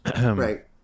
Right